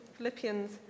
Philippians